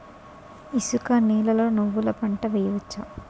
ఇసుక నేలలో నువ్వుల పంట వేయవచ్చా?